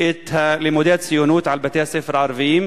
את לימודי הציונות על בתי-הספר הערביים?